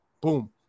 boom